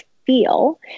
feel